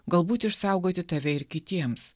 galbūt išsaugoti tave ir kitiems